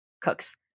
cooks